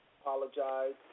apologize